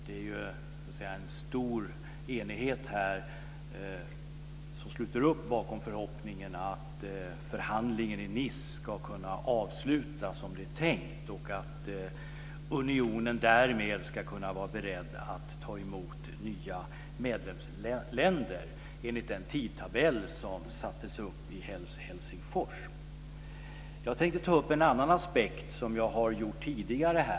Det är en stor enighet här bakom förhoppningen att förhandlingen i Nice ska kunna avslutas som det är tänkt och att unionen därmed ska kunna vara beredd att ta emot nya medlemsländer enligt den tidtabell som sattes upp i Helsingfors. Jag tänkte ta upp en annan aspekt som jag har tagit upp tidigare här.